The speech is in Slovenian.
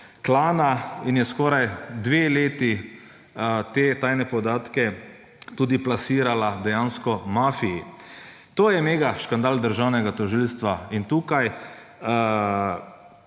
in je skoraj dve leti te tajne podatke tudi plasirala dejansko mafiji. To je mega škandal državnega tožilstva. Tukaj